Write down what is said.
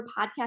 podcast